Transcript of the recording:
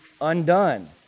undone